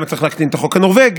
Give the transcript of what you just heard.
למה צריך להקטין את החוק הנורבגי,